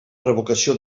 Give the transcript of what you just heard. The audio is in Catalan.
revocació